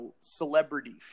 celebrity